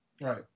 Right